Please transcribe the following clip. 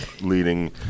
leading